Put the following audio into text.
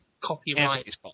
copyright